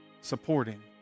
supporting